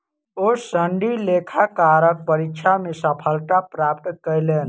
ओ सनदी लेखाकारक परीक्षा मे सफलता प्राप्त कयलैन